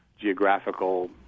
geographical